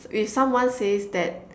if someone says that